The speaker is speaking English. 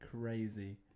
crazy